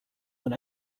when